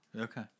Okay